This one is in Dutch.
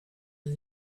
een